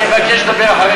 אני מבקש לדבר אחרי גפני.